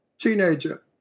teenager